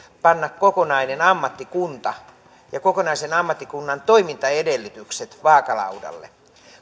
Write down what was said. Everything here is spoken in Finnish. panna kokonainen ammattikunta ja kokonaisen ammattikunnan toimintaedellytykset vaakalaudalle